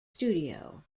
studio